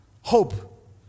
hope